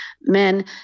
men